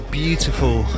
beautiful